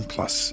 Plus